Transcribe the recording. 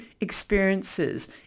experiences